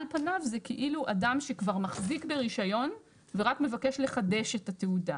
על פניו זה כאילו אדם שכבר מחזיק ברישיון ורק מבקש לחדש את התעודה.